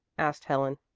asked helen.